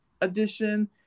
edition